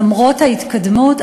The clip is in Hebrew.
למרות ההתקדמות,